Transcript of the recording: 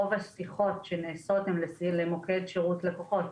רוב השיחות שנעשות הן למוקד שירות לקוחות,